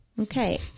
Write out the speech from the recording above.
Okay